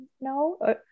no